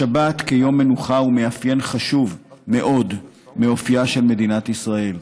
השבת כיום מנוחה הוא מאפיין חשוב מאוד באופייה של מדינת ישראל,